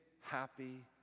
happy